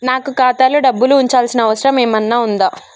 నాకు ఖాతాలో డబ్బులు ఉంచాల్సిన అవసరం ఏమన్నా ఉందా?